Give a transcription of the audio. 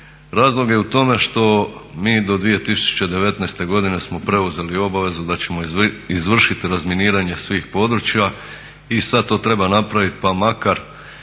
razlog je u tome što mi do 2019.godine smo preuzeli obavezu da ćemo izvršiti razminiranje svih područja i sad to treba napraviti pa makar